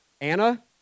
Anna